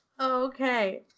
Okay